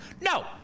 No